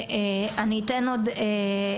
אני נותנת את רשות הדיבור